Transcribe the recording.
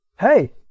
hey